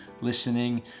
listening